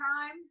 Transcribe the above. time